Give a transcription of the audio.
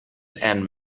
and